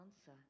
answer